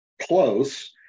close